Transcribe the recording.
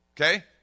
okay